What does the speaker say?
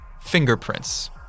fingerprints